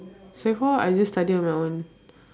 sec four I just study on my own